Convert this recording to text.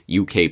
UK